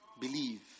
Believe